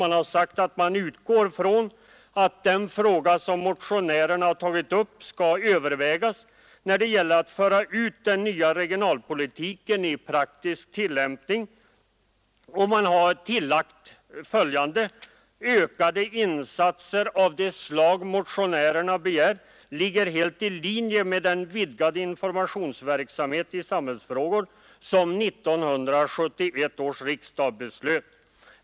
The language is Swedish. Det har sagt att man utgår från att den fråga som motionärerna har tagit upp skall övervägas när det gäller att föra ut den nya regionalpolitiken i praktisk tillämpning, och man har tillagt att ökade insatser av det slag motionärerna begärt ligger helt i linje med den vidgade informationsverksamhet i samhällsfrågor som 1971 års riksdag beslutade om.